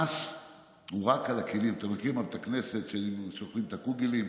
המס הוא רק על הכלים, אתה מכיר מבתי הכנסת שאוכלים את הקוגלים?